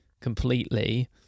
completely